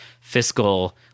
fiscal